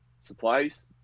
supplies